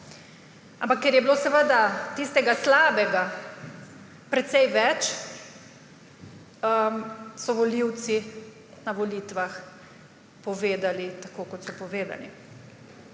Ampak ker je bilo seveda tistega slabega precej več, so volivci na volitvah povedali tako, kot so povedali.